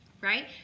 right